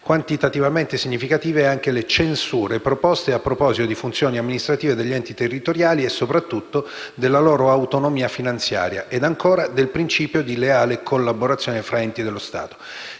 Quantitativamente significative anche le censure proposte a proposito di funzioni amministrative degli enti territoriali e, soprattutto, della loro autonomia finanziaria e, ancora, del principio di leale collaborazione tra enti dello Stato.